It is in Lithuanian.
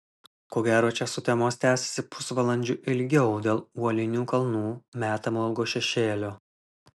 ko gero čia sutemos tęsiasi pusvalandžiu ilgiau dėl uolinių kalnų metamo ilgo šešėlio